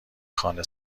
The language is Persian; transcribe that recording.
خانه